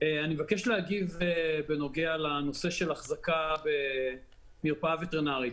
אני מבקש להגיב בנוגע לנושא של החזקה במרפאה וטרינרית.